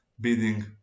bidding